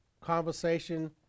conversation